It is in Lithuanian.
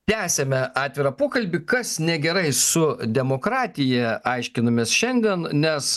tęsiame atvirą pokalbį kas negerai su demokratija aiškinamės šiandien nes